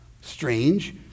Strange